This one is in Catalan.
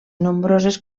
nombroses